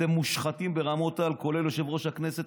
אתם מושחתים ברמות-על, כולל יושב-ראש הכנסת.